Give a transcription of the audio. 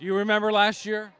you remember last year